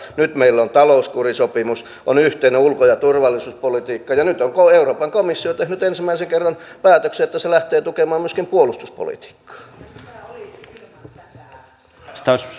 nyt meillä on talouskurisopimus on yhteinen ulko ja turvallisuuspolitiikka ja nyt on euroopan komissio tehnyt ensimmäisen kerran päätöksen että se lähtee tukemaan myöskin puolustuspolitiikkaa